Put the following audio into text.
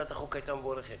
הצעת החוק הייתה מבורכת.